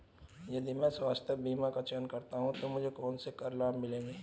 यदि मैं स्वास्थ्य बीमा का चयन करता हूँ तो मुझे कौन से कर लाभ मिलेंगे?